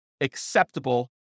acceptable